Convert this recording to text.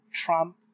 Trump